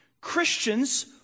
Christians